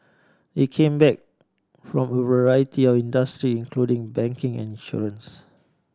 they came back from a variety of industry including banking and insurance